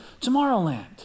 Tomorrowland